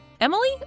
Emily